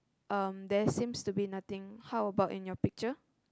um there seems to be nothing how about in your picture